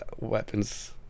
weapons